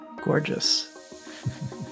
Gorgeous